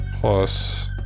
plus